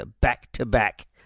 back-to-back